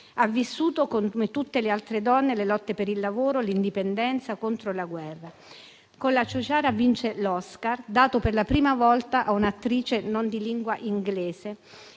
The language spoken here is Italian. Ha vissuto, come tutte le altre donne, le lotte per il lavoro, l'indipendenza e contro la guerra. Con «La ciociara» vince l'Oscar, dato per la prima volta a un'attrice non di lingua inglese